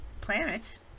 planet